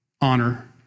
honor